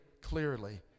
clearly